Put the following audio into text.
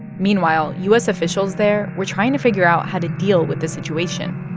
meanwhile, u s. officials there were trying to figure out how to deal with the situation